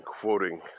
quoting